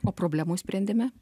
o problemų sprendime